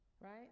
Right